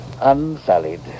unsullied